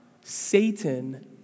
Satan